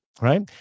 Right